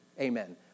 Amen